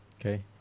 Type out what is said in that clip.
okay